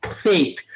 faith